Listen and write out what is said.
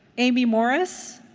amy morris?